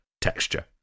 texture